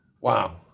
wow